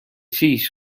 siis